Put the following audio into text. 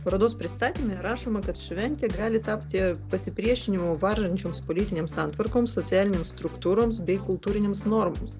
parodos pristatyme rašoma kad šventė gali tapti pasipriešinimo varžančioms politinėms santvarkoms socialinėms struktūroms bei kultūrinėms normoms